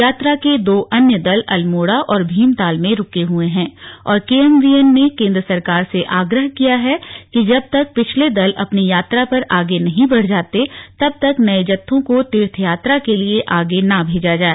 यात्रा के दो अन्य दल अल्मोडा और भीमताल में रूक हुए हैं और केएमवीएन ने केंद्र सरकार से आग्रह किया है कि जबतक पिछले दल अपनी यात्रा पर आगे नहीं बढ़ जाते तब तक नए जत्थों को तीर्थयात्रा के लिए आगे न भेजा जाए